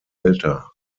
älter